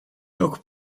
ook